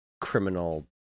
criminal